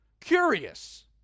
curious